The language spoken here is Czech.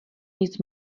nic